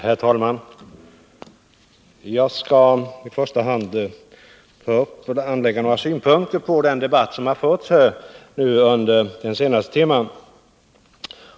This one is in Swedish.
Herr talman! Jag skall i första hand be att få anlägga några synpunkter på den debatt som har förts under den senaste timmen.